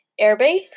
airbase